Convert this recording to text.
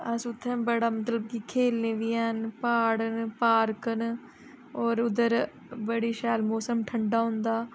अस उत्थे बड़ा मतलब कि खेलने बी हैन प्हाड़ न पार्क न होर उद्धर बड़ी शैल मौसम ठण्डा होंदा